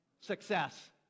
success